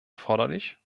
erforderlich